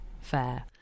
fair